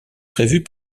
prévus